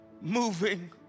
moving